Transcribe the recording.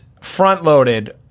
front-loaded